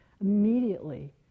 immediately